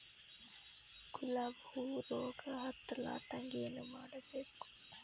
ಗುಲಾಬ್ ಹೂವು ರೋಗ ಹತ್ತಲಾರದಂಗ ಏನು ಮಾಡಬೇಕು?